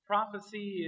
Prophecy